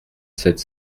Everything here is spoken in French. sept